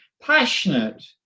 passionate